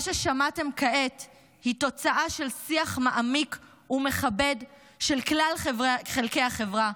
מה ששמעתם כעת הוא תוצאה של שיח מעמיק ומכבד של כלל חלקי החברה,